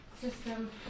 system